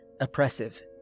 oppressive